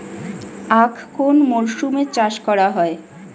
আখ কোন মরশুমে চাষ করা হয়?